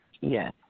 Yes